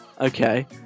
okay